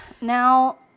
now